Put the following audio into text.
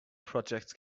projects